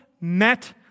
met